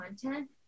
content